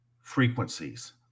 frequencies